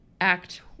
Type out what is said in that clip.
Act